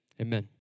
amen